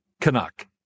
Canuck